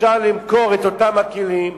אפשר למכור את אותם הכלים,